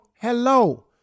hello